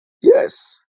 yes